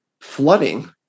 flooding